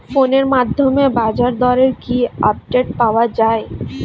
ফোনের মাধ্যমে বাজারদরের কি আপডেট পাওয়া যায়?